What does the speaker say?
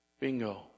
Bingo